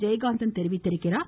ஜெயகாந்தன் தெரிவித்துள்ளார்